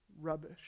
rubbish